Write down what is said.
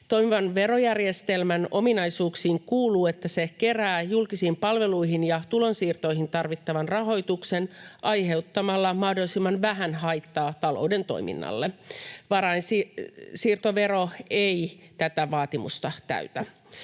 Toimivan verojärjestelmän ominaisuuksiin kuuluu, että se kerää julkisiin palveluihin ja tulonsiirtoihin tarvittavan rahoituksen aiheuttamalla mahdollisimman vähän haittaa talouden toiminnalle. Varainsiirtovero ei tätä vaatimusta täytä.